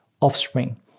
offspring